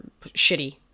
shitty